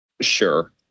Sure